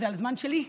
זה על זמן שלי.